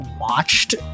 watched